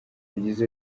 yagize